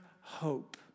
hope